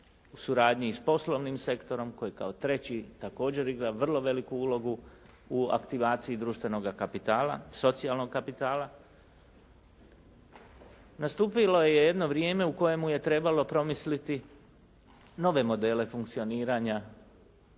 suradnji i s poslovnim sektorom koji kao treći također igra vrlo veliku ulogu u aktivaciji društvenoga kapitala, socijalnog kapitala. Nastupilo je jedno vrijeme u kojemu je trebalo promisliti nove modele funkcioniranja